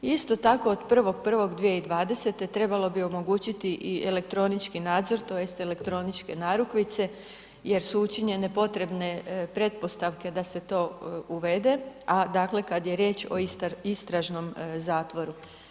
Isto tako od 1. 1. 2020. trebamo bi omogućiti i elektronički nadzor tj. elektroničke narukvice jer su učinjene potrebne pretpostavke da se to uvede a dakle kad je riječ o istražnom zatvoru.